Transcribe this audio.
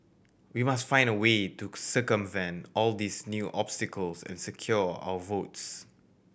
we must find a way to circumvent all these new obstacles and secure our votes